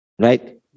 right